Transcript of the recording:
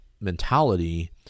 mentality